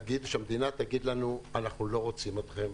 שהמדינה תגיד לנו: אנחנו לא רוצים אתכם.